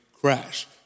crash